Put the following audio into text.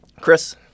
Chris